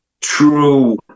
true